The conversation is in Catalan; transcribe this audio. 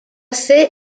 ser